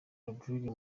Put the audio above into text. rodrigue